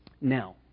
Now